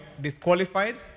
disqualified